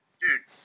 dude